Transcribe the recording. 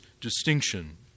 distinction